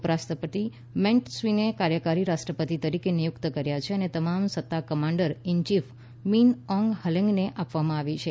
ઉપરાષ્ટ્રપતિ મેન્ટસ્વીનને કાર્યકારી રાષ્ટ્રપતિ તરીકે નિયુક્ત કર્યા છે અને તમામ સત્તા કમાન્ડર ઇનચીફ મીન ઓંગ હલેંગને આપવામાં આવી છે